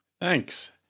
thanks